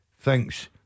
Thinks